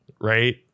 right